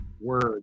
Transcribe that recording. words